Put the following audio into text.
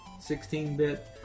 16-bit